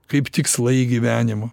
kaip tikslai gyvenimo